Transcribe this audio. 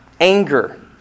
anger